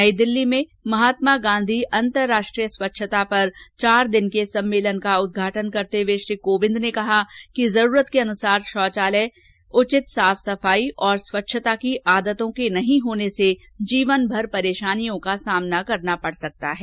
नई दिल्ली में महात्मा गांधी अन्तर्राष्ट्रीय स्वच्छता पर चारदिन के सम्मेलन का उदघाटन करते हुए श्री कोविंद ने कहा कि जरूरत के अनुसार शौचालय उचित साफ सफाई और स्वच्छता की आदतों के नहीं होनेसे जीवनभर परेशानियों का सामना करना पड़ सकता है